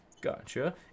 Gotcha